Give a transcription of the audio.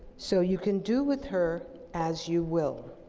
so you can do with her as you will.